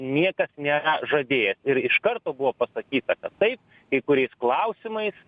niekas nėra žadėjęs ir iš karto buvo pasakyta kad taip kai kuriais klausimais